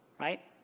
Right